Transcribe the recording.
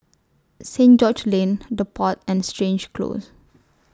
Saint George's Lane The Pod and Stangee Close